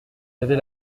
avez